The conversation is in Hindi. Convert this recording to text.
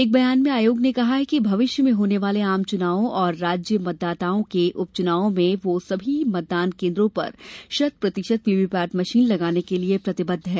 एक बयान में आयोग ने कहा है कि भविष्य में होने वाले आम चुनावों और राज्य विधानसभाओं के उपचुनावों में वह सभी मतदान केन्द्रों पर शत प्रतिशत वीवीपैट मशीन लगाने के लिए प्रतिबद्ध है